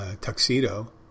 tuxedo